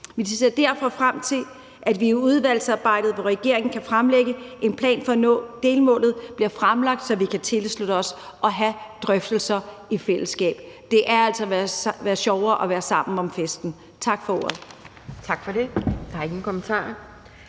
vi ser derfor frem til udvalgsarbejdet, hvor regeringen kan fremlægge en plan for at nå delmålet, så vi kan tilslutte os og have drøftelser i fællesskab. Det er altså sjovere at være sammen om festen. Tak for ordet.